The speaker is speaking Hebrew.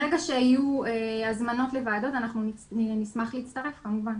ברגע שיהיו הזמנות לוועדות אנחנו נשמח להצטרף כמובן.